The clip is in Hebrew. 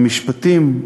המשפטים,